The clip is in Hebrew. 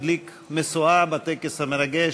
הוא הדליק משואה בטקס המרגש,